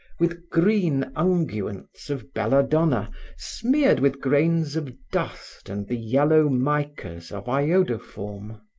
with green unguents of belladonna smeared with grains of dust and the yellow micas of iodoforme.